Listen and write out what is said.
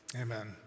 Amen